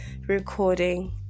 recording